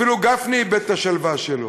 אפילו גפני איבד את השלווה שלו.